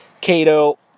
Cato